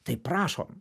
tai prašom